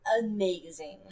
amazing